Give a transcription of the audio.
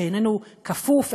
שאיננו כפוף,